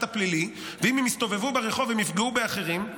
הפלילי ואם הם יסתובבו ברחוב הם יפגעו באחרים,